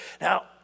Now